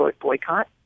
Boycott